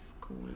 school